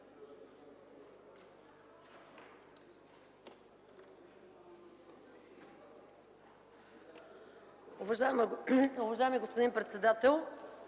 Уважаема госпожо председател,